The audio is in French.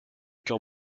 cœur